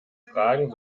fragen